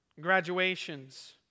graduations